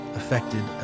affected